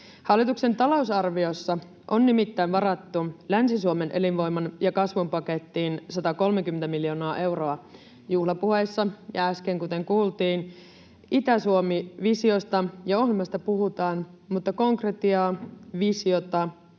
Hallituksen talousarviossa on nimittäin varattu Länsi-Suomen elinvoiman ja kasvun pakettiin 130 miljoonaa euroa. Juhlapuheissa, ja kuten äsken kuultiin, Itä-Suomi-visiosta ja ‑ohjelmasta puhutaan, mutta konkretiaa, visiota